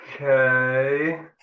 Okay